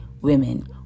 women